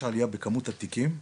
יש עלייה בכמות התיקים,